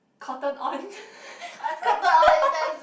Cotton On